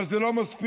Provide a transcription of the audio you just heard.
אבל זה לא מספיק,